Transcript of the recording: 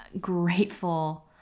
grateful